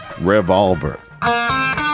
Revolver